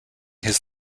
his